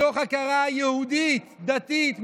מתוך הכרה יהודית דתית,